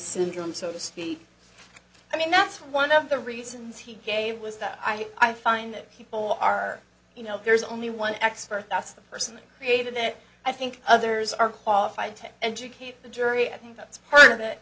syndrome so to speak i mean that's one of the reasons he gave was that i find that people are you know there's only one expert that's the person that created it i think others are qualified to educate the jury i think that's part of it